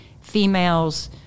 females